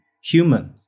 human